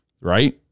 right